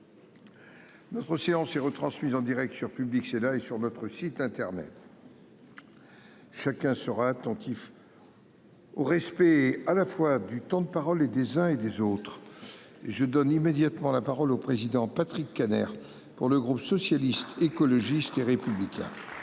Notre séance et retransmise en Direct sur Public Sénat et sur notre site internet. Chacun sera attentif. Au respect, à la fois du temps de parole et des uns et des autres. Je donne immédiatement la parole au président Patrick Kanner pour le groupe socialiste, écologiste et républicain.